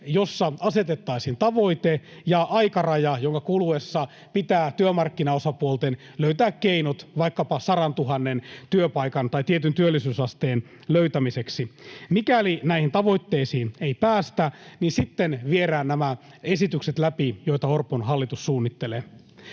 joissa asetettaisiin tavoite ja aikaraja, jonka kuluessa pitää työmarkkinaosapuolten löytää keinot vaikkapa 100 000:n työpaikan tai tietyn työllisyysasteen löytämiseksi. Mikäli näihin tavoitteisiin ei päästä, niin sitten viedään läpi nämä esitykset, joita Orpon hallitus suunnittelee.